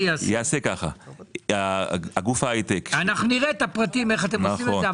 נראה את הפרטים איך אתם עושים את זה,